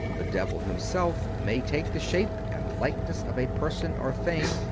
the devil himself may take the shape and likeness of a person or thing,